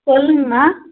சொல்லுங்கம்மா